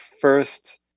first